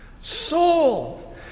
soul